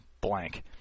blank